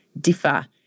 differ